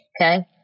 okay